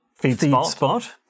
feedspot